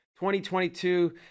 2022